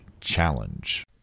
challenge